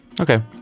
Okay